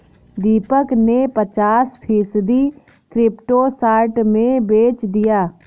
दीपक ने पचास फीसद क्रिप्टो शॉर्ट में बेच दिया